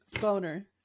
Boner